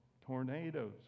Tornadoes